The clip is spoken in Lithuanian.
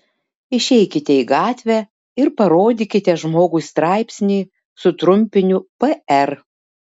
išeikite į gatvę ir parodykite žmogui straipsnį su trumpiniu pr